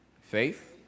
faith